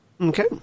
Okay